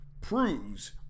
proves